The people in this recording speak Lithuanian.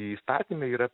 įstatyme yra